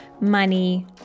money